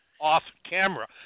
off-camera